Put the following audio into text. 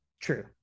true